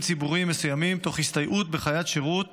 ציבוריים מסוימים תוך הסתייעות בחיית שירות